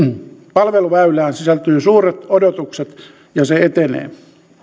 palveluväylään sisältyy suuret odotukset ja se etenee